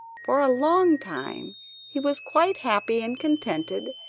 for a long time he was quite happy and contented,